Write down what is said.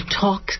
talk